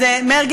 אז מרגי,